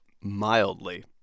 mildly